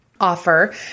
offer